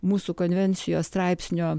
mūsų konvencijos straipsnio